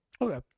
Okay